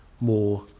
more